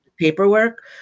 paperwork